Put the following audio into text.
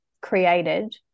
created